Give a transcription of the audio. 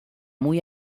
muy